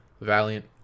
Valiant